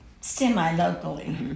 semi-locally